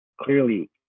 clearly